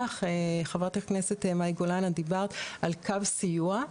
חברת הכנסת מאי גולן, את דיברת על קו סיוע.